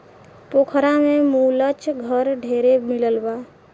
पोखरा में मुलच घर ढेरे मिलल बा